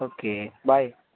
okay bye